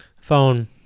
phone